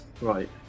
Right